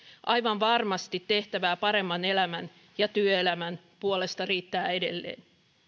aivan varmasti tehtävää paremman elämän ja työelämän puolesta riittää edelleen